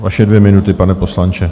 Vaše dvě minuty, pane poslanče.